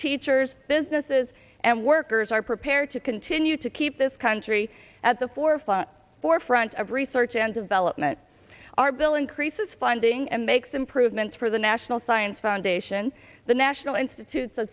teachers businesses and workers are prepared to continue to keep this country at the forefront forefront of research and development our bill increases funding and makes improvements for the national science foundation the national institutes